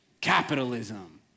Capitalism